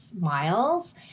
miles